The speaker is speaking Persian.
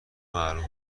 معروف